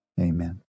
Amen